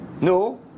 No